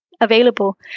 available